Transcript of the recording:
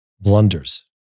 blunders